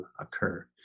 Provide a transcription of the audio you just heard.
occur